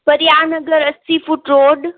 परिहार नगर अस्सी foot road